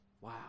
wow